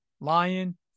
Lion